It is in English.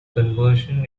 conversion